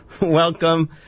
Welcome